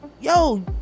Yo